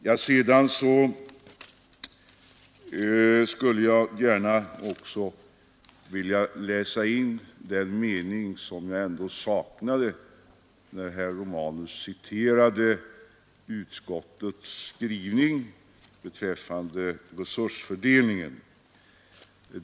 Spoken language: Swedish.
Jag skulle gärna vilja läsa in den mening som jag saknade, när herr Romanus citerade utskottets skrivning beträffande resursfördelningen.